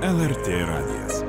lrt radijas